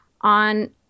on